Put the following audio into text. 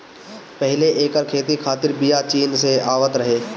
पहिले एकर खेती खातिर बिया चीन से आवत रहे